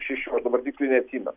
šešių aš dabar tiksliai neatsime